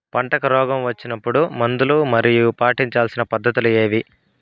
పంటకు రోగం వచ్చినప్పుడు ఎట్లాంటి మందులు మరియు పాటించాల్సిన పద్ధతులు ఏవి?